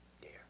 dear